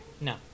No